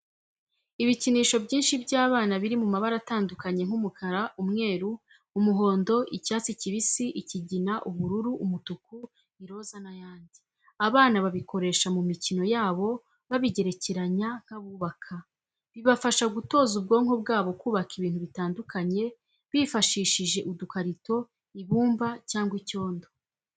Ibikinisho byinshi by'abana biri mu mabara atandukanye nk'umukara, umweru, umuhondo, icyatsi kibisi, ikigina, ubururu, umutuku, iroza n'ayandi. Abana babikoresha mu mikino yabo, babigerekeranya nk'abubaka. Bibafasha gutoza ubwonko bwabo kubaka ibintu bitandukanye bifashishije udukarito, ibumba cyangwa icyondo.